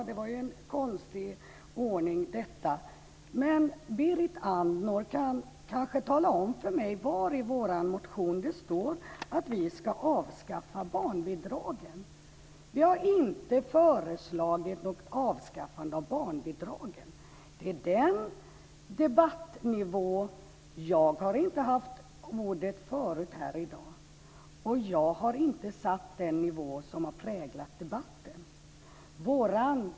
Fru talman! Berit Andnor kan kanske tala om för mig var i vår motion det står att vi ska avskaffa barnbidragen. Vi har inte föreslagit något avskaffande av barnbidragen. Jag har inte haft ordet tidigare i dag. Jag har inte satt den debattnivå som har präglat debatten.